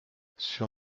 sur